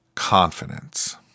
Confidence